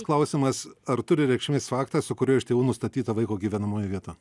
klausimas ar turi reikšmės faktas su kuriuo iš tėvų nustatyta vaiko gyvenamoji vieta